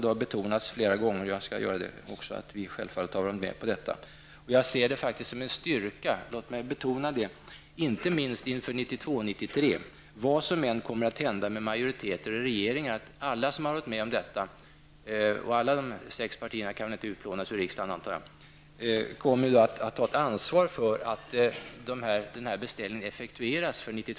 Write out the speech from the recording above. Det har betonats flera gånger, och jag skall göra det också, att vi socialdemokrater självfallet har varit med på detta. Jag ser det som en styrka, låt mig betona det, inte minst inför 1992 93.